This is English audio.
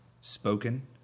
spoken